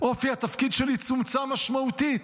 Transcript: אופי התפקיד שלי צומצם משמעותית,